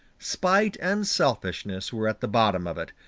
spite and selfishness were at the bottom of it.